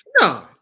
no